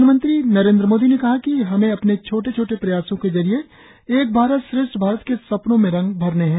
प्रधानमंत्री मोदी ने कहा कि हमें अपने छोटे छोटे प्रयासों के जरिए एक भारत श्रेष्ठ भारत के सपनों में रंग भरने है